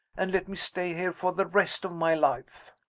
and let me stay here for the rest of my life.